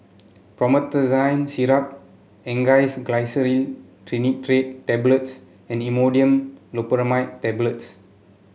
Promethazine Syrup Angised Glyceryl Trinitrate Tablets and Imodium Loperamide Tablets